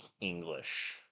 english